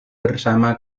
bersama